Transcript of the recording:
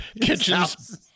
kitchens